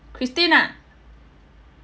christine ah